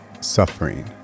suffering